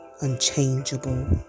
unchangeable